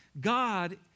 God